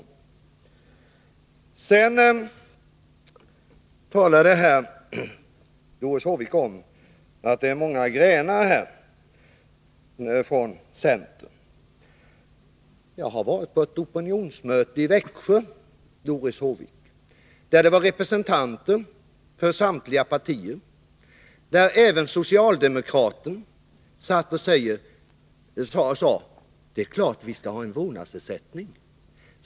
Doris Håvik talade om att det är företrädare för många grenar här när det gäller centern. Jag har varit på ett opinionsmöte i Växjö, Doris Håvik, där det fanns representanter för samtliga partier. Där sade även socialdemokraten att det är klart att vi skall ha en vårdnadsersättning.